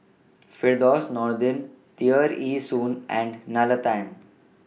Firdaus Nordin Tear Ee Soon and Nalla Tan